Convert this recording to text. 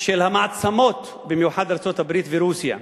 של המעצמות, במיוחד ארצות-הברית ורוסיה.